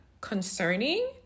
concerning